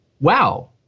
wow